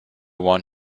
want